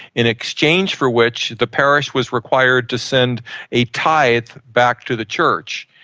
in exchange for which the parish was required to send a tithe back to the church.